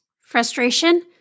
frustration